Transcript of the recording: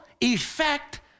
effect